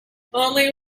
only